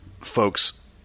folks